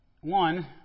One